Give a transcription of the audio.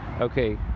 okay